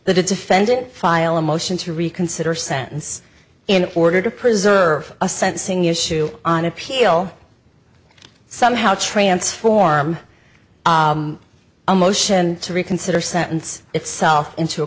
the defendant file a motion to reconsider sentence in order to preserve a sensing issue on appeal somehow transform a motion to reconsider sentence itself into a